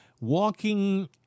walking